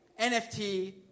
NFT